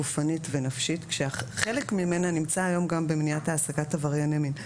גופנית ונפשית כאשר חלק ממנה נמצא היום גם במניעת העסקת עברייני מין,